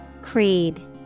creed